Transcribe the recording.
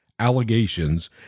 allegations